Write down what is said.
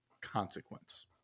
consequence